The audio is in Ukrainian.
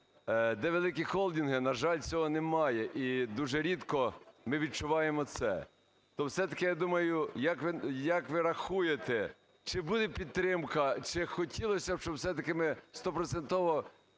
Де великі холдинги, на жаль, цього немає, і дуже рідко ми відчуваємо це. То все-таки, я думаю, як ви рахуєте, чи буде підтримка? Хотілося б, щоб, все-таки, ми стопроцентово